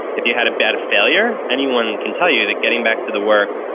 if you had a bad failure, anyone can tell you that getting back to the work,